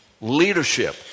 leadership